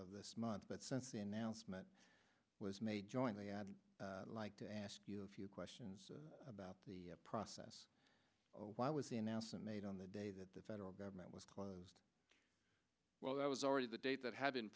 this month but since the announcement was made jointly added like to ask you a few questions about the process why was the announcement made on the day that the federal government was close well that was already the date that had